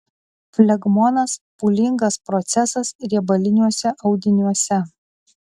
flegmonas pūlingas procesas riebaliniuose audiniuose